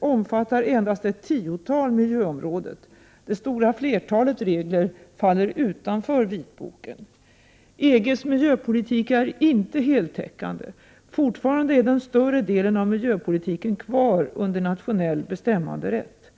omfattar endast ett tiotal miljöområdet. Det 15 stora flertalet regler faller utanför vitboken. —- EG:s miljöpolitik är inte heltäckande. Fortfarande är den större delen av miljöpolitiken kvar under nationell bestämmanderätt.